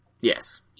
Yes